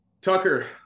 Tucker